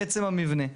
עצם המבנה.